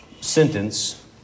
sentence